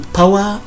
power